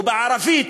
ובערבית,